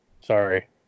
Sorry